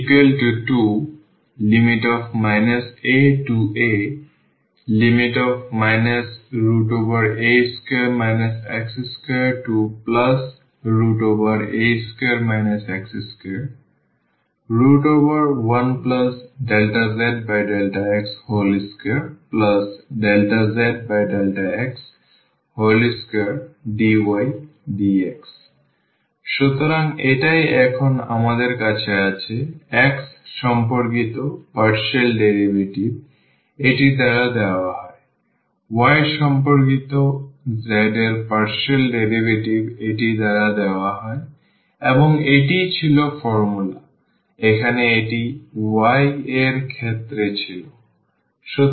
S2 aa a2 x2a2 x21∂z∂x2∂z∂x2dydx সুতরাং এটাই এখন আমাদের কাছে আছে x সম্পর্কিত পার্শিয়াল ডেরিভেটিভ এটি দ্বারা দেওয়া হয় y সম্পর্কিত z এর পার্শিয়াল ডেরিভেটিভ এটি দ্বারা দেওয়া হয় এবং এটিই ছিল ফর্মুলা এখানে এটা y এর ক্ষেত্রে ছিল